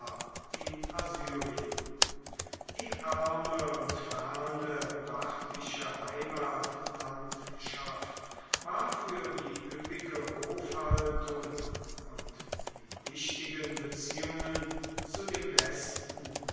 in assyrien die arme und ferne parthische heimatlandschaft war für die üppige hofhaltung und die wichtigen beziehungen zu dem westen